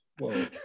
whoa